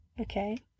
Okay